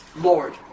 Lord